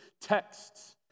texts